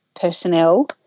personnel